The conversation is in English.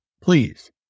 please